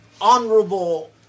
honorable